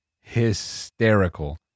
hysterical